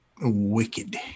Wicked